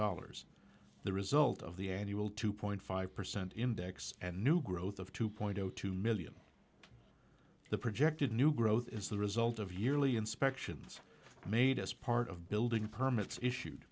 dollars the result of the annual two point five percent index and new growth of two point zero two million the projected new growth is the result of yearly inspections made as part of building permits issued